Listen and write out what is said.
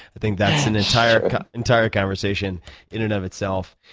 i think that's an entire entire conversation in and of itself.